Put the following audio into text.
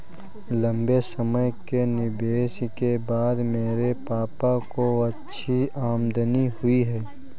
लंबे समय के निवेश के बाद मेरे पापा को अच्छी आमदनी हुई है